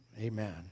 Amen